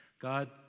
God